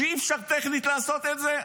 שאי-אפשר טכנית לעשות את זה,